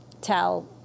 tell